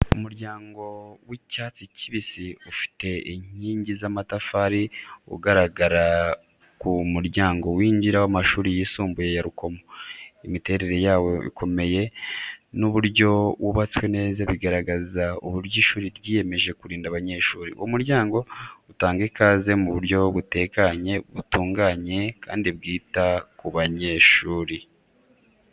Umuryango w’icyatsi kibisi, ufite inkingi z’amatafari ugaragara ku muryango winjira w'amashuri yisumbuye ya Rukomo. Imiterere yawo ikomeye n’uburyo wubatswe neza bigaragaza uburyo ishuri ryiyemeje kurinda abanyeshuri. Uwo muryango utanga ikaze mu buryo butekanye, butunganye kandi bwita ku banyeshuri.